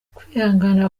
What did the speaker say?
kwihangana